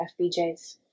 FBJs